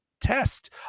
test